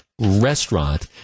restaurant